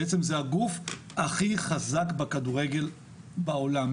בעצם זה הגוף הכי חזק בכדורגל בעולם.